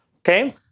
Okay